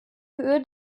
höhe